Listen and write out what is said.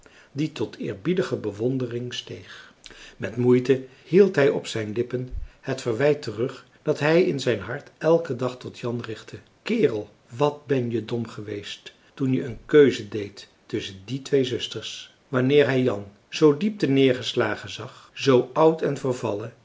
die tot eerbiedige bewondering steeg met moeite hield hij op zijn lippen het verwijt terug dat hij in zijn hart elken dag tot jan richtte kerel wat ben je dom geweest toen je een keuze deed tusschen die twee zusters wanneer hij jan zoo diep terneergeslagen zag zoo oud en vervallen